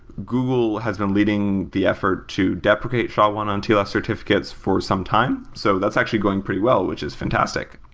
google has been leading the effort to deprecate sha one on tls certificates for some time. so that's actually going pretty well, which is fantastic.